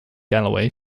galloway